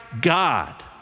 God